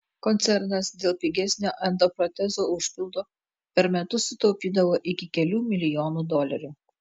koncernas dėl pigesnio endoprotezų užpildo per metus sutaupydavo iki kelių milijonų dolerių